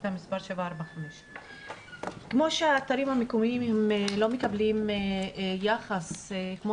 שאילתה מספר 745. כמו שהאתרים המקומיים לא מקבלים יחס כמו